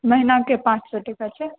महीनाके पाँच सए टका छै